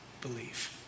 believe